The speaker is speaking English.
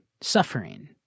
suffering